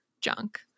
junk